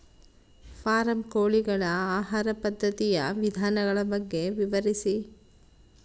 Form ಕೋಳಿಗಳ ಆಹಾರ ಪದ್ಧತಿಯ ವಿಧಾನಗಳ ಬಗ್ಗೆ ವಿವರಿಸಿ?